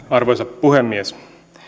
arvoisa puhemies